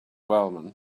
wellman